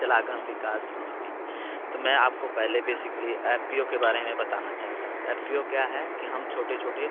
चलागम विकास समिति तो मैं आपको पहले बेसिकली एफ पी ओ के बारे में बताना चाहता हूँ एफ पी ओ क्या है कि हम छोटे छोटे